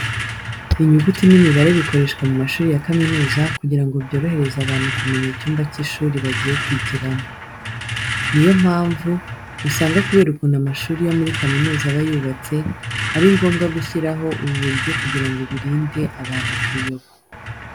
Inyuguti n'imibare bikoreshwa mu mashuri ya kaminuza kugira ngo byorohereze abantu kumenya icyumba cy'ishuri bagiye kwigiramo. Ni yo mpamvu usanga kubera ukuntu amashuri yo muri kaminuza aba yubatse ari ngombwa gushyiraho ubu buryo kugira ngo birinde abantu kuyoba.